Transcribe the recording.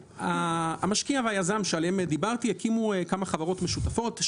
המשקיע והיזם עליהם דיברתי הקימו כמה חברות משותפות,